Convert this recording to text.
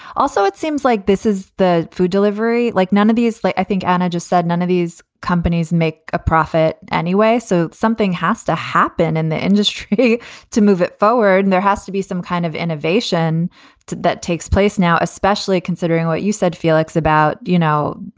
also, it seems like this is the food delivery, like none of these. like i think ana just said none of these companies make a profit anyway. so something has to happen in the industry to move it forward and there has to be some kind of innovation that takes place now, especially considering what you said, felix, about, you know,